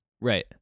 Right